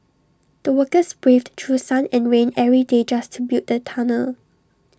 the workers braved through sun and rain every day just to build the tunnel